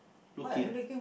looking